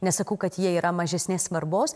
nesakau kad jie yra mažesnės svarbos